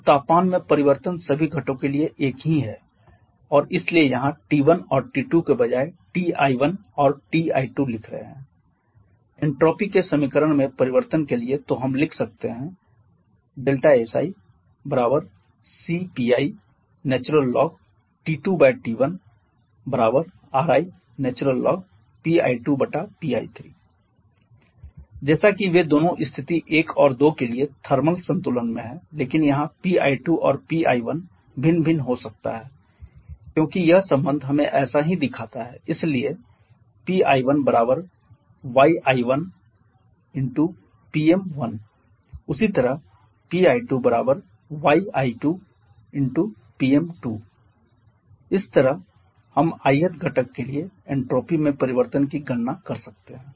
तो तापमान में परिवर्तन सभी घटकों के लिए एक ही है और इसलिए यहां T1 और T2 के बजाय Ti1 और Ti2 लिख रहे हैं एन्ट्रापी के समीकरण में परिवर्तन के लिए तो हम लिख सकते हैं siCpi ln T2T1Ri ln Pi2Pi1 जैसा कि वे दोनों स्थिति 1 और 2 के लिए थर्मल संतुलन में हैं लेकिन यह Pi2 और Pi1 भिन्न भिन्न हो सकता है क्योंकि यह संबंध हमें ऐसा ही दिखाता है इसलिए Pi1yi 1Pm 1 उसी तरह Pi2yi 2Pm 2 इस तरह हम ith घटक केलिए एन्ट्रापी में परिवर्तन की गणना कर सकते हैं